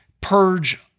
purge